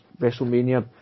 WrestleMania